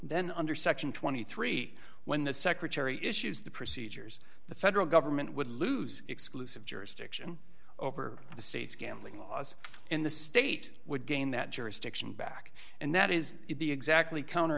then under section twenty three dollars when the secretary issues the procedures the federal government would lose exclusive jurisdiction over the state's gambling laws and the state would gain that jurisdiction back and that is exactly counter